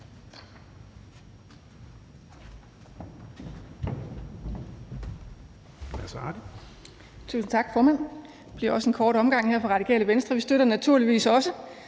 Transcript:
Tak.